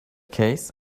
case